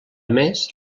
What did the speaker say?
més